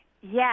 Yes